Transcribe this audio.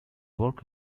work